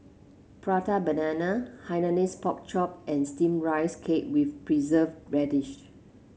Prata Banana Hainanese Pork Chop and steam Rice Cake with preserve radish